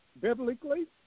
biblically